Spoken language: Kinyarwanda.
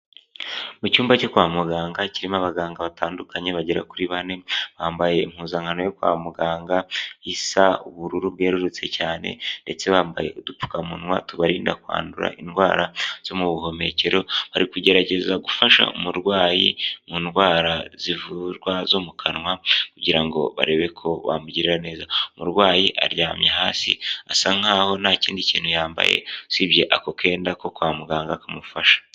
Mu cyumba cyo kwa muganga kirimo abaganga batandukanye bagera kuri bane. Bambaye impuzankano yo kwa muganga isa ubururu bwerurutse cyane, ndetse bambaye udupfukamunwa tubarinda kwandura indwara zo mu buhumekero. Barikugerageza gufasha umurwayi mu ndwara zivurwa zo mu kanwa kugira ngo barebe ko bamumugirira neza. Umurwayi aryamye hasi asa nkaho nta kindi kintu yambaye usibye ako kenda ko kwa muganga kamufasha.